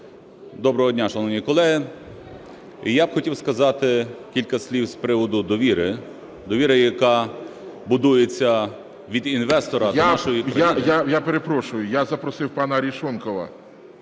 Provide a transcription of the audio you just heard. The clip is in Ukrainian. Доброго дня, шановні колеги. Я б хотів сказати кілька слів з приводу довіри. Довіра, яка будується від інвестора до нашої країни… ГОЛОВУЮЧИЙ. Я перепрошую, я запросив пана Арешонкова.